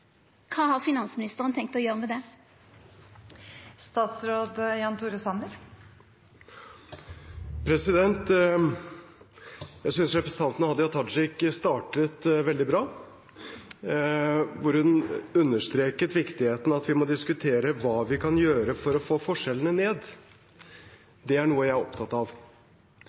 har vorte rikare. Kva har finansministeren tenkt å gjera med det? Jeg synes representanten Hadia Tajik startet veldig bra, hvor hun understreket viktigheten av at vi må diskutere hva vi kan gjøre for å få forskjellene ned. Det er noe jeg er opptatt av.